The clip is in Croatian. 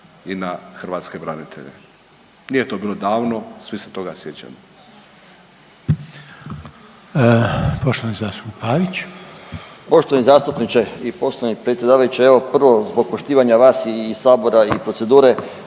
na hrvatske branitelje. Nije to bilo davno, svi se toga sjećamo.